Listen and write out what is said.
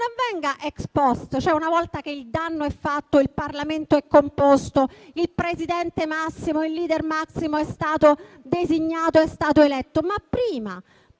non avvenga *ex post*, cioè una volta che il danno è fatto e il Parlamento è composto, il presidente massimo, il *lider máximo* è stato designato ed eletto, ma prima; cioè,